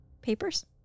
papers